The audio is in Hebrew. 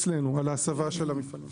ממש.